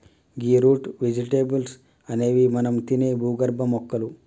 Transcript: గీ root vegetables అనేవి మనం తినే భూగర్భ మొక్కలు